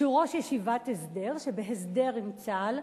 שהוא ראש ישיבת הסדר, שבהסדר עם צה"ל,